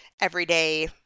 everyday